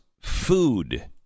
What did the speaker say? food